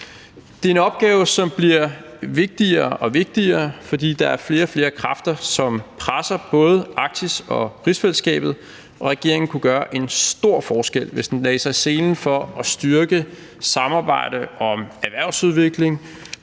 Det er en opgave, som bliver vigtigere og vigtigere, fordi der er flere og flere kræfter, som presser både Arktis og rigsfællesskabet, og regeringen kunne gøre en stor forskel, hvis den lagde sig i selen for at styrke samarbejdet om erhvervsudvikling,